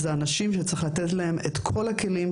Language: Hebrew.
אז צריכים לתת לאנשים האלה את כל הכלים,